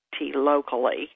locally